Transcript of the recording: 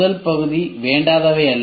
முதல் பகுதி வேண்டாதவை அல்ல